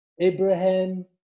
Abraham